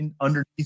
underneath